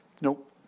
Nope